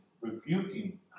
rebuking